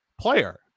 player